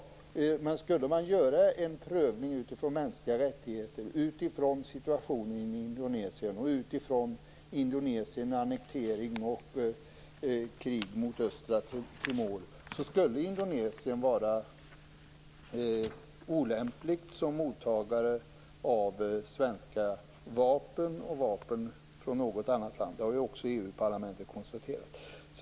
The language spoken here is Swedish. Men skulle man göra en prövning utifrån mänskliga rättigheter i Indonesien och utifrån Indonesiens annektering av och krig mot Östra Timor, skulle Indonesien vara olämpligt som mottagare av svenska vapen och vapen från något annat land. Det har ju också EU-parlamentet konstaterat.